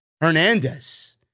Hernandez